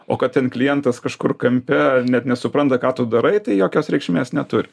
o kad ten klientas kažkur kampe net nesupranta ką tu darai tai jokios reikšmės neturi